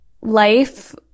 life